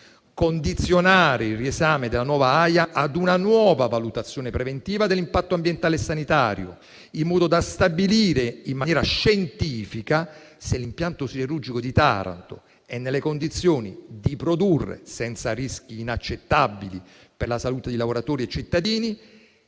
condizionare il riesame della nuova AIA ad una nuova valutazione preventiva dell'impatto ambientale e sanitario, in modo da stabilire in maniera scientifica se l'impianto siderurgico di Taranto sia nelle condizioni di produrre senza rischi inaccettabili per la salute di lavoratori e cittadini